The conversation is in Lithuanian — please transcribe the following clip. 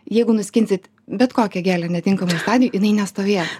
jeigu nuskinsit bet kokią gėlę netinkamoj stadijoj jinai nestovės